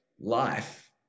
life